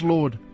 Lord